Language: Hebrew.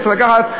וצריך לקחת,